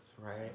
Right